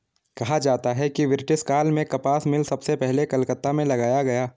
कहा जाता है कि ब्रिटिश काल में कपास मिल सबसे पहले कलकत्ता में लगाया गया